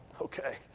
Okay